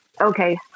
Okay